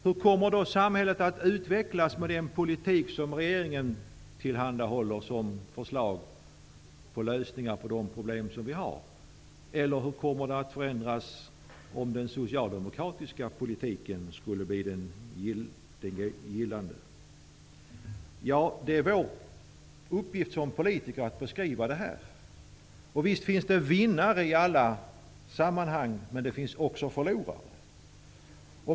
Hur kommer då samhället att utvecklas med den politik som regeringen tillhandahåller som förslag till lösningar på problemen? Eller hur kommer det att förändras om den socialdemokratiska politiken skulle bli den gällande? Ja, det är vår uppgift som politiker att beskriva det. Visst finns det vinnare i alla sammanhang, men det finns också förlorare.